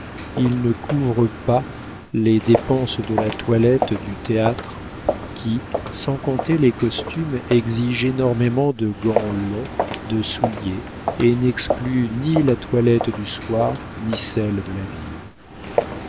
ils ne couvrent pas les dépenses de la toilette du théâtre qui sans compter les costumes exige énormément de gants longs de souliers et n'exclut ni la toilette du soir ni celle de la ville